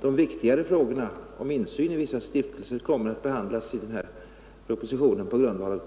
De viktigare frågorna om insyn i vissa stiftelser kommer att behandlas i denna proposition på grundval